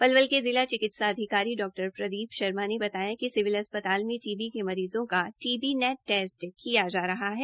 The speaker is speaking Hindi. पलवल के जिला चिकित्सा अधिकारी प्रदीप शर्मा ने आज बताया कि सिविल अस्पताल में टी बी के मरीज़ो का सीबी नेट किया जा रहा है